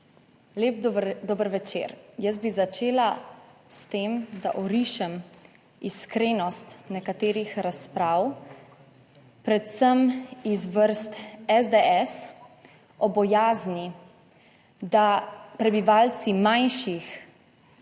Lep dober večer! Jaz bi začela s tem, da orišem iskrenost nekaterih razprav, predvsem iz vrst SDS o bojazni, da prebivalci manjših